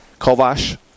Kovash